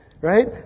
right